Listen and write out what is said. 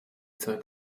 zeit